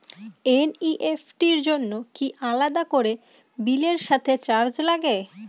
NEFT র জন্য কি আলাদা করে বিলের সাথে চার্জ লাগে?